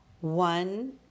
One